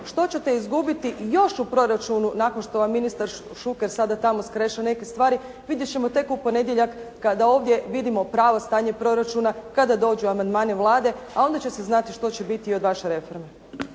Što ćete izgubiti još u proračunu nakon što vam ministar Šuker sada tamo skreše neke stvari vidjeti ćemo tek u ponedjeljak kada ovdje vidimo pravo stanje proračuna kada dođu amandmani Vlade, a onda će se znati što će biti od vaše reforme.